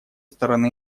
стороны